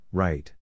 right